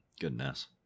goodness